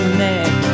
neck